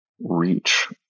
reach